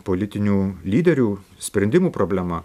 politinių lyderių sprendimų problema